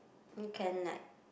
you can like